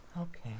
Okay